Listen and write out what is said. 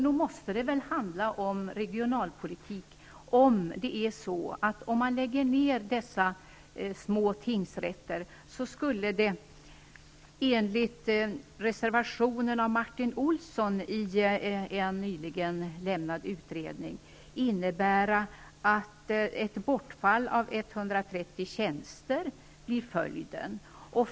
Nog måste det väl handla om regionalpolitik, om det är så att en nedläggning av dessa små tingsrätter, enligt reservationen av Martin Olsson i en nyligen lämnad utredning, skulle innebära att ett bortfall av 130 tjänster blir följden.